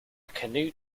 canoe